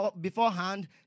beforehand